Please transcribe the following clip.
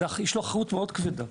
יש לו אחריות מאוד כבדה.